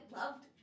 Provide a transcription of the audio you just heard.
loved